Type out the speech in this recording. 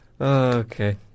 Okay